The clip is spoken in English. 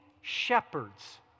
shepherds